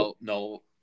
No